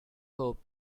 hope